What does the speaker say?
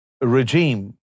regime